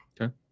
Okay